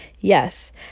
Yes